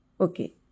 Okay